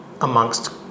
amongst